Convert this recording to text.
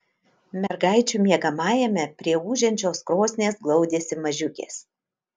mergaičių miegamajame prie ūžiančios krosnies glaudėsi mažiukės